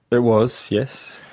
it was, yes.